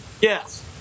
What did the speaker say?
Yes